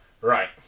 Right